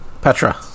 petra